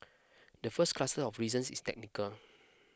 the first cluster of reasons is technical